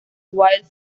wild